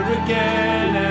again